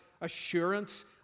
assurance